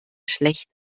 schlecht